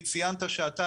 ציינת שאתה,